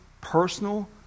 personal